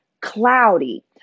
cloudy